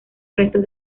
restos